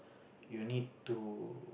you need to